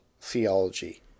theology